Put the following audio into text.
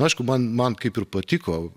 aišku man man kaip ir patiko